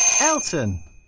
Elton